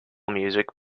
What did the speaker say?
music